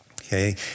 Okay